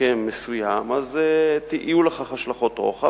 הסכם מסוים, יהיו לכך השלכות רוחב.